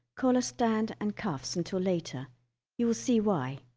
collar stand and cuffs until later you will see why